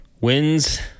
Wins